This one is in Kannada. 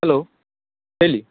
ಹಲೋ ಹೇಳಿ